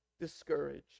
discouraged